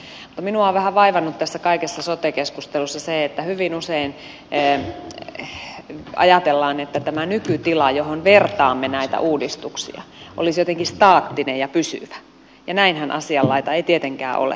mutta minua on vähän vaivannut tässä kaikessa sote keskustelussa se että hyvin usein ajatellaan että tämä nykytila johon vertaamme näitä uudistuksia olisi jotenkin staattinen ja pysyvä ja näinhän asianlaita ei tietenkään ole